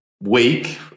Week